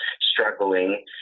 struggling